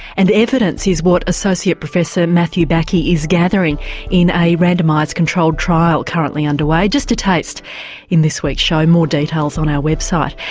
and evidence is what associate professor matthew bakke is gathering in a randomised controlled trial currently underway. just a taste in this week's show, more details on our website.